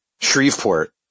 Shreveport